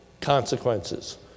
consequences